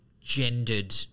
gendered